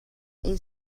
این